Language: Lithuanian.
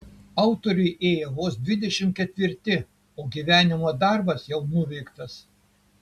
autoriui ėjo vos dvidešimt ketvirti o gyvenimo darbas jau nuveiktas